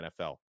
NFL